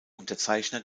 unterzeichner